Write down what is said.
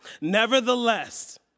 Nevertheless